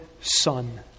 son